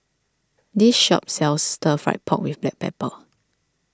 this shop sells Stir Fried Pork with Black Pepper